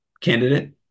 candidate